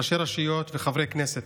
ראשי רשויות וחברי כנסת.